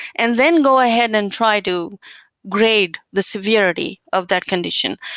and then go ahead and try to grade the severity of that condition.